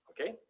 Okay